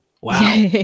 Wow